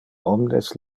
omnes